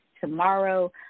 tomorrow